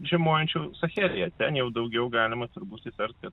žiemojančių sahelyje ten jau daugiau galima turbūt įtart kad